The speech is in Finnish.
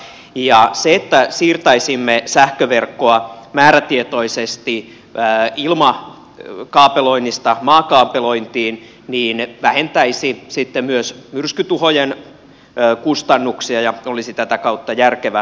se että siirtäisimme sähköverkkoa määrätietoisesti ilmakaapeloinnista maakaapelointiin vähentäisi sitten myös myrskytuhojen kustannuksia ja olisi tätä kautta järkevää